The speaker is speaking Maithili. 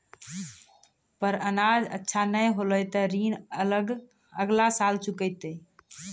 पर अनाज अच्छा नाय होलै तॅ ऋण अगला साल चुकैतै